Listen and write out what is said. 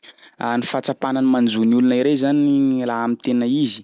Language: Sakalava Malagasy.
Ny fahatsapana ny manjo ny olona iray zany ny laha am'tena izy,